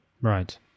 right